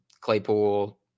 Claypool